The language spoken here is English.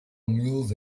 mules